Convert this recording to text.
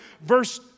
verse